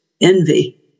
envy